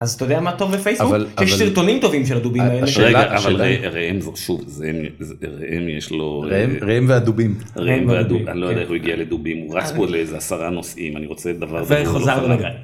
‫אז אתה יודע מה טוב בפייסבוק? ‫יש סרטונים טובים של הדובים האלה. ‫רגע, אבל ראם זה שוב, ראם יש לו... ‫-ראם והדובים. ‫ראם והדובים, כן. ‫-ראם והדובים. ‫אני לא יודע איך הוא הגיע לדובים, ‫הוא רץ פה לאיזה עשרה נושאים, ‫אני רוצה את הדבר הזה. ‫וחזרנו רגע